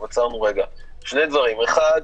האחד,